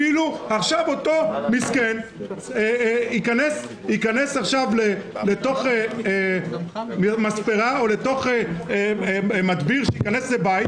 כאילו עכשיו אותו מסכן ייכנס לתוך מספרה או מדביר שייכנס לבית,